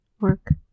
work